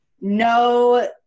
no